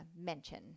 mention